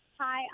Hi